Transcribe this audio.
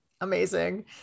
Amazing